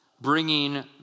bringing